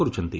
କରୁଛନ୍ତି